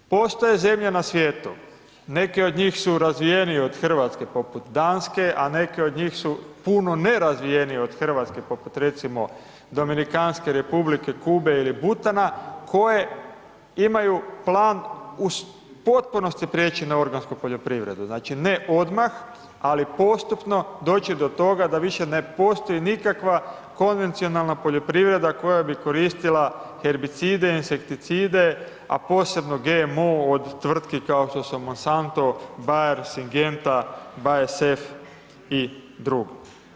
Postoje zemlje na svijetu, neke od njih su razvijenije od Hrvatske, poput Danske, a neke od njih su puno nerazvijenije od Hrvatske, poput recimo Dominikanske Republike, Kube ili Butana, koje imaju plan uz potpunosti priječi na organsku poljoprivredu, znači ne odmah, ali potpuno doći do toga da više ne postoji nikakva konvencionalna poljoprivreda, koja bi koristila herbicide, insekticide, a posebno GMO, od tvrtki kao što su Monsantno, Bajer, Sigenta, BSF i drugi.